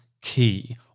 key